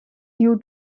due